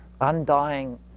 undying